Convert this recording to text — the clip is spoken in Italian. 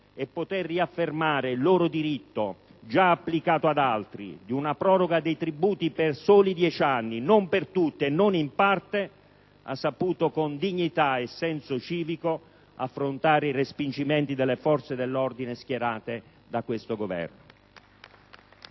e poter riaffermare il loro diritto, già applicato ad altri, di una proroga dei tributi per soli 10 anni, non per tutti e in parte, hanno saputo con dignità e senso civico affrontare i respingimenti delle forze dell'ordine schierate da questo Governo.